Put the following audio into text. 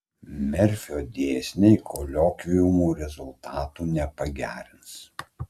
merfio dėsniai koliokviumų rezultatų nepagerins